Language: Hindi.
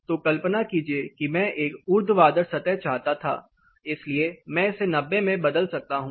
तो कल्पना कीजिए कि मैं एक ऊर्ध्वाधर सतह चाहता था इसलिए मैं इसे 90 में बदल सकता हूं